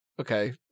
Okay